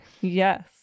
Yes